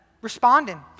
responding